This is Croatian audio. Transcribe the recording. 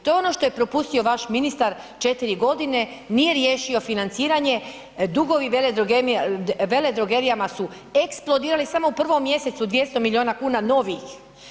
To je ono što je propustio vaš ministar 4 godine, nije riješio financiranje, dugovi veledrogerijama su eksplodirali samo u 1. mjesecu 200 milijuna kuna novih.